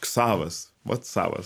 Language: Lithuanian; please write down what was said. savas vat savas